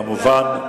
כמובן,